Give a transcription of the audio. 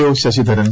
O Sasidharan